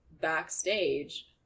backstage